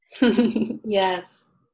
Yes